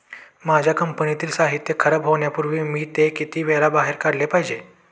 माझ्या कंपनीतील साहित्य खराब होण्यापूर्वी मी ते किती वेळा बाहेर काढले पाहिजे?